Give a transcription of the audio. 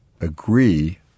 agree